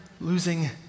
losing